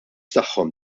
tagħhom